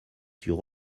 sur